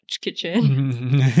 kitchen